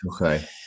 okay